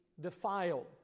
defiled